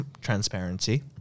transparency